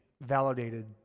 validated